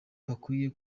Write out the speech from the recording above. bakwiye